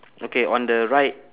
okay on the right